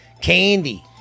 candy